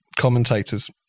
commentators